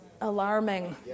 alarming